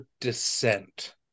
descent